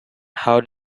how